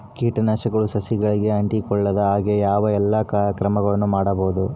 ಕೇಟನಾಶಕಗಳು ಸಸಿಗಳಿಗೆ ಅಂಟಿಕೊಳ್ಳದ ಹಾಗೆ ಯಾವ ಎಲ್ಲಾ ಕ್ರಮಗಳು ಮಾಡಬಹುದು?